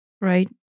right